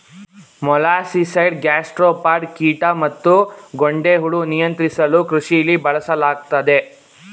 molluscicide gastropod ಕೀಟ ಮತ್ತುಗೊಂಡೆಹುಳು ನಿಯಂತ್ರಿಸಲುಕೃಷಿಲಿ ಬಳಸಲಾಗ್ತದೆ